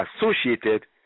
associated